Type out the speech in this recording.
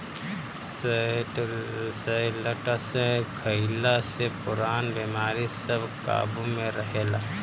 शैलटस खइला से पुरान बेमारी सब काबु में रहेला